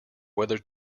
whether